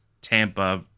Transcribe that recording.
Tampa